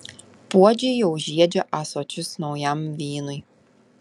puodžiai jau žiedžia ąsočius naujam vynui